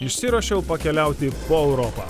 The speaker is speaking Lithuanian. išsiruošiau pakeliauti po europą